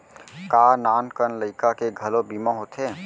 का नान कन लइका के घलो बीमा होथे?